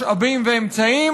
משאבים ואמצעים,